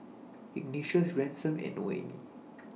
Ignatius Ransom and Noemie